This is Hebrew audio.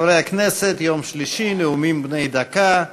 חברי הכנסת, יום שלישי, נאומים בני דקה.